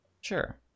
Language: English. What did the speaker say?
Sure